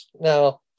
now